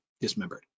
dismembered